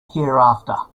hereafter